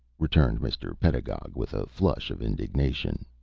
returned mr. pedagog, with a flush of indignation.